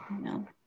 no